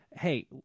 hey